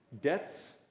debts